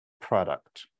product